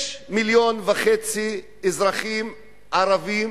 יש מיליון וחצי אזרחים ערבים